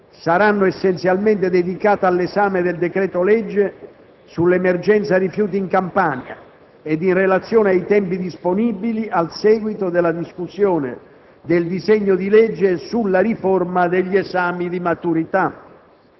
saranno essenzialmente dedicate all'esame del decreto-legge sull'emergenza rifiuti in Campania e, in relazione ai tempi disponibili, al seguito della discussione del disegno di legge sulla riforma degli esami di maturità.